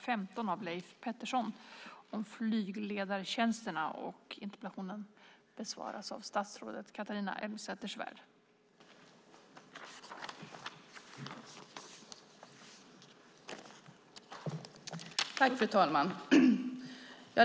Fru talman!